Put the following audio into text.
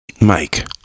Mike